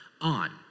on